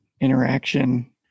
interaction